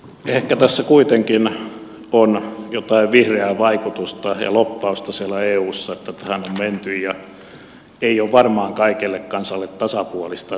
ehkä tässä kuitenkin on jotain vihreää vaikutusta ja lobbausta siellä eussa että tähän on menty ja ei ole varmaan kaikelle kansalle tasapuolista että näihin vaatimuksiin lähdetään